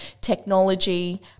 technology